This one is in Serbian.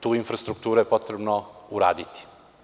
Tu infrastrukturu je potrebno uraditi.